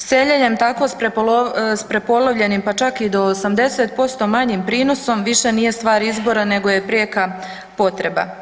Seljenjem tako s prepolovljenim pa čak i do 80% manjim prinosom više nije stvar izbora nego je prijeka potreba.